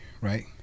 right